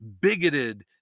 bigoted